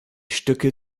stücke